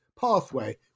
pathway